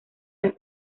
las